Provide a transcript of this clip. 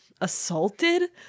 assaulted